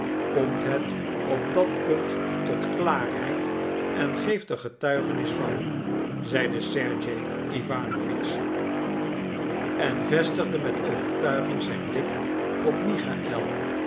komt het op dat punt tot klaarheid en geeft er getuigenis van zeide sergej iwanowitsch en vestigde met overtuiging zijn blik op michaël